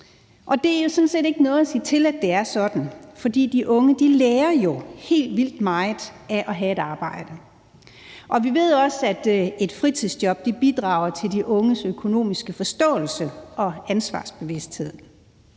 Der er jo sådan set ikke noget at sige til, at det er sådan, for de unge lærer jo helt vildt meget af at have et arbejde. Vi ved også, at et fritidsjob bidrager til de unges økonomiske forståelse og ansvarsbevidsthed.